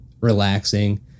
relaxing